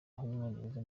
w’umwongereza